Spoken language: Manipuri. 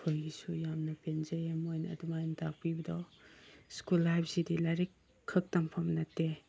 ꯅꯑꯩꯈꯣꯏꯒꯤꯁꯨ ꯌꯥꯝꯅ ꯄꯦꯟꯖꯩꯌꯦ ꯃꯣꯏꯅ ꯑꯗꯨꯃꯥꯏꯅ ꯇꯥꯛꯄꯤꯕꯗꯣ ꯁ꯭ꯀꯨꯜ ꯍꯥꯏꯕꯁꯤꯗꯤ ꯂꯥꯏꯔꯤꯛ ꯈꯛ ꯇꯝꯐꯝ ꯅꯠꯇꯦ